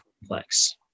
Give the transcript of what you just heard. complex